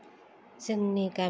जोंनि गामियाव